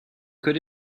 could